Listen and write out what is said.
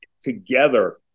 together